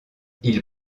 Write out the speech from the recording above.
ils